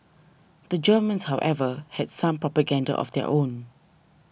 the Germans however had some propaganda of their own